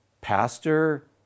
pastor